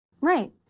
Right